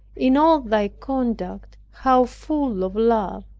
in all thy conduct how full of love!